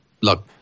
Look